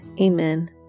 Amen